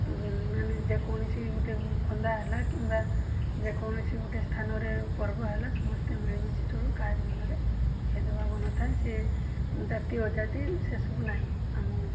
ମାନେ ଯେକୌଣସି ଗୋଟେ ଖନ୍ଦା ହେଲା କିମ୍ବା ଯେକୌଣସି ଗୋଟେ ସ୍ଥାନରେ ପର୍ବ ହେଲା ସମସ୍ତେ ମିଳିମିଶି ଚଳୁ କାହାରି ମନରେ ଭେଦଭାବ ନଥାଏ ସେ ଜାତି ଅଜାତି ସେସବୁ ନାହିଁ ଆମ